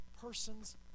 person's